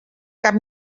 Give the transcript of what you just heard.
cap